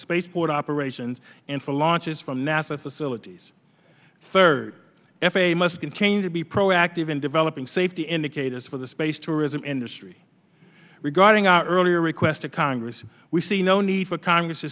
space port operations and for launches from nasa facilities sir f a a must continue to be proactive in developing safety indicators for the space tourism industry regarding our earlier requests to congress we see no need for congress to